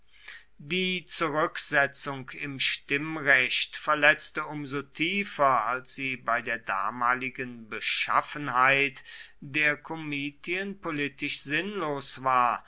die zurücksetzung im stimmrecht verletzte um so tiefer als sie bei der damaligen beschaffenheit der komitien politisch sinnlos war